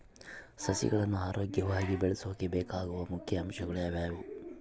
ಸಸಿಗಳನ್ನು ಆರೋಗ್ಯವಾಗಿ ಬೆಳಸೊಕೆ ಬೇಕಾಗುವ ಮುಖ್ಯ ಅಂಶಗಳು ಯಾವವು?